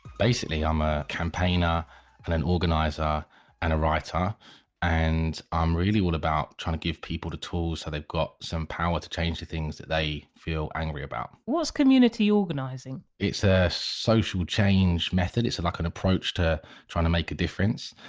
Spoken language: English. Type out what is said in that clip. basically i'm a campaigner and an organiser and a writer and i'm really all about trying to give people the tools so they've got some power to change the things that they feel angry about what's community organising? it's a social change method, it's like an approach to trying to make a difference.